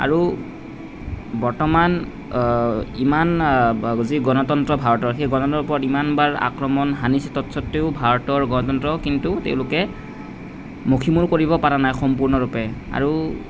আৰু বৰ্তমান ইমান যি গণতন্ত্ৰ ভাৰতৰ সেই গণতন্ত্ৰৰ ওপৰত ইমানবাৰ আক্ৰমণ সানিছে তৎসত্বেও ভাৰতৰ গণতন্ত্ৰ কিন্তু তেওঁলোকে মষিমূৰ কৰিব পৰা নাই সম্পূৰ্ণৰূপে আৰু